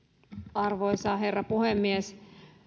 arvoisa herra puhemies